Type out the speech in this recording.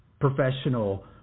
professional